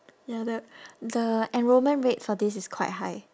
ya the the enrolment rate for this is quite high